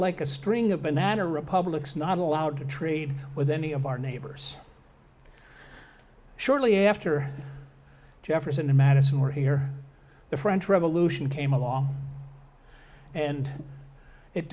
like a string of banana republics not allowed to trade with any of our neighbors shortly after jefferson and madison were here the french revolution came along and it